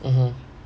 (uh huh)